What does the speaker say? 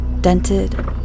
dented